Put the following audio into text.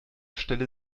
stelle